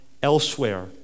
Elsewhere